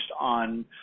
on